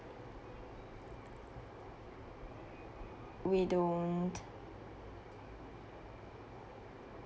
we don't